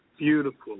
Beautiful